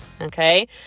okay